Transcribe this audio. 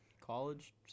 College